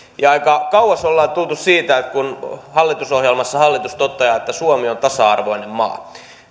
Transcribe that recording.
ja aika kauas ollaan tultu siitä että hallitusohjelmassa hallitus toteaa että suomi on tasa arvoinen maa